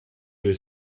will